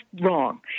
wrong